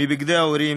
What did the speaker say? מבגדי ההורים,